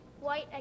white